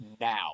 Now